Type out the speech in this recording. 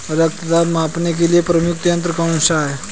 रक्त दाब मापने के लिए प्रयुक्त यंत्र कौन सा है?